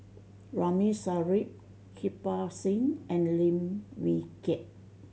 Ramli Sarip Kirpal Singh and Lim Wee Kiak